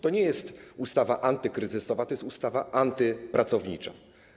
To nie jest ustawa antykryzysowa, to jest ustawa antypracownicza.